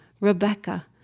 Rebecca